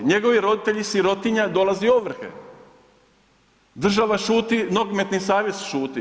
Njegovi roditelji sirotinja, dolazi ovrhe, država šuti, nogometni savez šuti.